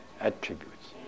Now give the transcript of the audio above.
attributes